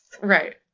Right